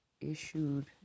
issued